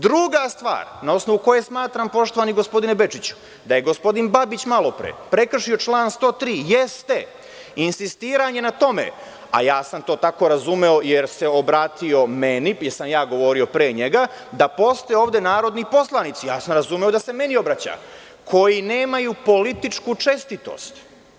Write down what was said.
Druga stvar, na osnovu koje smatram, poštovani gospodine Bečiću, da je gospodin Babić malopre prekršio član 103. jeste insistiranje na tome, a to sam tako razumeo jer se obratio meni, jer sam ja govorio pre njega, da postoje odve narodni poslanici, a razumeo sam da se meni obraća, koji nemaju političku čestitost.